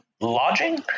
lodging